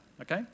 Okay